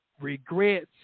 regrets